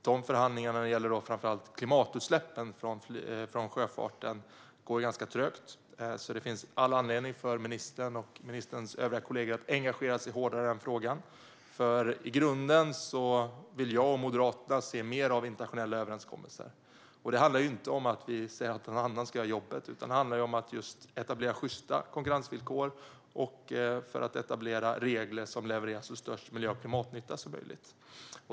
De förhandlingarna, framför allt när det gäller klimatutsläppen från sjöfarten, går ganska trögt. Det finns alltså all anledning för ministern och ministerns kollegor att engagera sig hårdare i den frågan. I grunden vill ju jag och Moderaterna se mer av internationella överenskommelser. Det handlar inte om att vi säger att någon annan ska göra jobbet, utan det handlar just om att etablera sjysta konkurrensvillkor och regler som levererar så stor miljö och klimatnytta som möjligt.